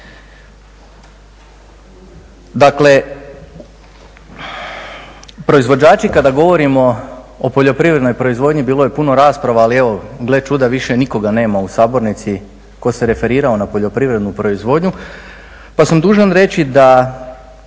Dakle, proizvođači kada govorimo o poljoprivrednoj proizvodnji bilo je puno rasprava ali evo gle čuda više nikoga nema u sabornici tko se referirao na poljoprivrednu proizvodnju pa sam dužan reći da